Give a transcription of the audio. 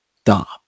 stop